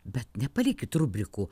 bet nepalikit rubrikų